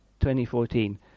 2014